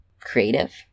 creative